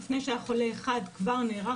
עוד לפני שהיה חולה אחד כבר נערך.